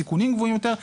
סיכונים גבוהים יותר,